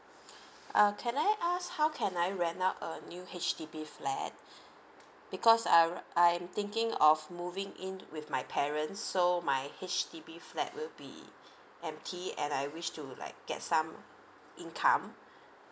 uh can I ask how can I rent out a new H_D_B flat because I I'm thinking of moving in with my parents so my H_D_B flat will be empty and I wish to like get some income